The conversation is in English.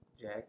Jack